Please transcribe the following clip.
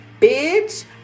Bitch